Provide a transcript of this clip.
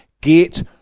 Get